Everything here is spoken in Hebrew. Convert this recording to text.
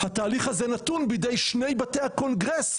התהליך הזה נתון בידי שני בתי הקונגרס.